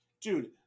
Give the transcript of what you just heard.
Dude